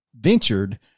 ventured